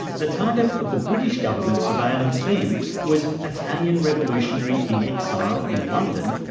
the target of the british government surveillance then was italian revolutionary in exile in london,